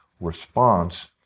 response